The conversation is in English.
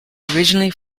originally